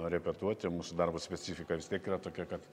repetuoti mūsų darbo specifika vis tiek yra tokia kad